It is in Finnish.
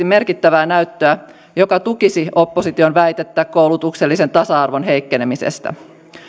merkittävää näyttöä joka tukisi opposition väitettä koulutuksellisen tasa arvon heikkenemisestä